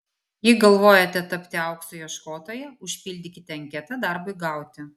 jei galvojate tapti aukso ieškotoja užpildykite anketą darbui gauti